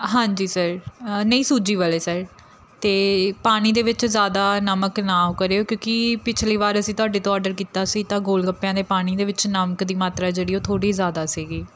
ਹਾਂਜੀ ਸਰ ਨਹੀਂ ਸੂਜੀ ਵਾਲੇ ਸਰ ਅਤੇ ਪਾਣੀ ਦੇ ਵਿੱਚ ਜ਼ਿਆਦਾ ਨਮਕ ਨਾ ਕਰਿਓ ਕਿਉਂਕਿ ਪਿਛਲੀ ਵਾਰ ਅਸੀਂ ਤੁਹਾਡੇ ਤੋਂ ਆਰਡਰ ਕੀਤਾ ਸੀ ਤਾਂ ਗੋਲ ਗੱਪਿਆਂ ਦੇ ਪਾਣੀ ਦੇ ਵਿੱਚ ਨਮਕ ਦੀ ਮਾਤਰਾ ਜਿਹੜੀ ਉਹ ਥੋੜ੍ਹੀ ਜ਼ਿਆਦਾ ਸੀਗੀ